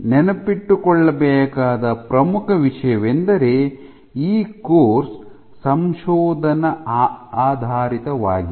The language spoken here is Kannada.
ನೆನಪಿನಲ್ಲಿಟ್ಟುಕೊಳ್ಳಬೇಕಾದ ಪ್ರಮುಖ ವಿಷಯವೆಂದರೆ ಈ ಕೋರ್ಸ್ ಸಂಶೋಧನಾ ಆಧಾರಿತವಾಗಿದೆ